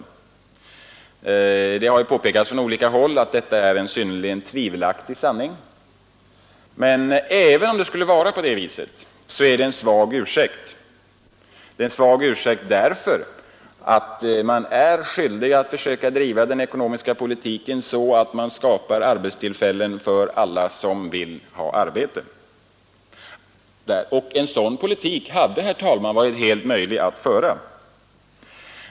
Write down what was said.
Det har från olika håll påpekats att detta är en synnerligen tvivelaktig sanning, men även om det skulle förhålla sig på det sättet är det ändå en svag ursäkt, eftersom man är skyldig att försöka driva den ekonomiska politiken så att man skapar arbetstillfällen för alla som vill ha arbete. Och, herr talman, en sådan politik hade varit möjlig att föra.